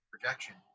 projection